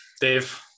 Dave